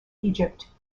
egypt